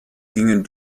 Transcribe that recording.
gingen